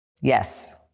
Yes